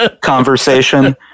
conversation